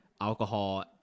alcohol